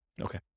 Okay